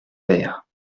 vers